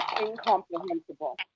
incomprehensible